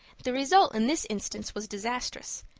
the result in this instance was disastrous.